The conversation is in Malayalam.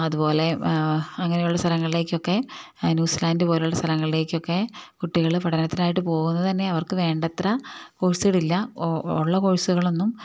അതുപോലെ അങ്ങനെയുള്ള സ്ഥലങ്ങളിലേക്കൊക്കെ ന്യൂസിലാൻഡ് പോലെയുള്ള സ്ഥലങ്ങളിലേക്കൊക്കെ കുട്ടികള് പഠനത്തിനായിട്ട് പോകുന്നത് തന്നെ അവർക്ക് വേണ്ടത്ര കോഴ്സുകളില്ല ഉള്ള കോഴ്സുകളൊന്നും